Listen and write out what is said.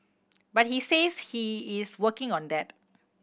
but he says he is working on that